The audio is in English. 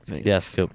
Yes